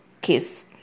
kiss